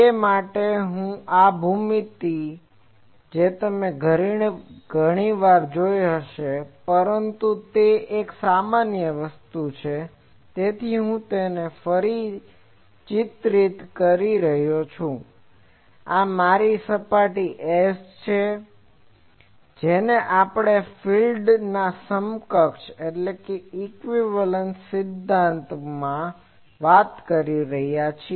તે માટેની આ ભૂમિતિ તમે ઘણી વાર જોઇ હશે પરંતુ તે એક સામાન્ય વસ્તુ છે તેથી હું તેને ફરીથી ચિત્રિત કરું છું કે આ મારી સપાટી S છે જે આપણે ફીલ્ડના સમકક્ષ સિદ્ધાંતમાં વાત કરી રહ્યા છીએ